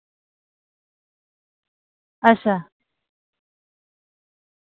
अच्छा